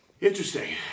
Interesting